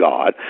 God